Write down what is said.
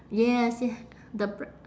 yes y~ the bread